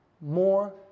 more